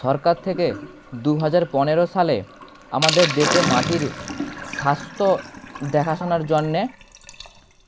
সরকার থেকে দুহাজার পনেরো সালে আমাদের দেশে মাটির স্বাস্থ্য দেখাশোনার জন্যে